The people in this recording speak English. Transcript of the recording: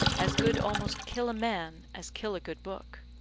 as good almost kill a man as kill a good book.